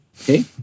okay